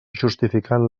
justificant